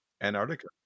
Antarctica